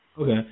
Okay